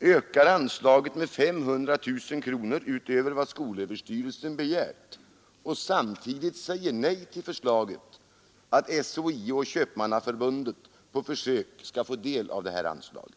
ökar anslaget med 500 000 kronor utöver vad skolöverstyrelsen begärt och samtidigt säger nej till förslaget att SHIO och Köpmannaförbundet på försök skall få del av anslaget.